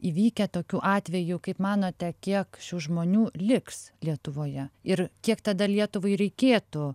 įvykę tokių atvejų kaip manote kiek šių žmonių liks lietuvoje ir kiek tada lietuvai reikėtų